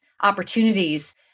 opportunities